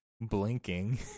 blinking